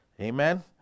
Amen